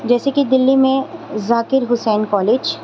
جیسے کہ دلّی میں ذاکر حسین کالج